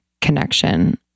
connection